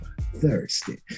thirsty